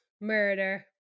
murder